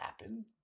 happen